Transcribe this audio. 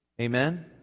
Amen